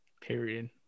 Period